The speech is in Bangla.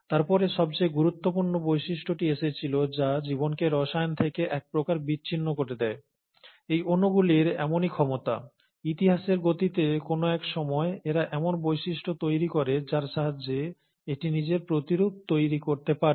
তারপরে সবচেয়ে গুরুত্বপূর্ণ বৈশিষ্ট্যটি এসেছিল যা জীবনকে রসায়ন থেকে এক প্রকার বিচ্ছিন্ন করে দেয় এই অণুগুলির এমনই ক্ষমতা ইতিহাসের গতিতে কোন এক সময় এরা এমন বৈশিষ্ট্য তৈরি করে যার সাহায্যে এটি নিজের প্রতিরূপ তৈরি করতে পারে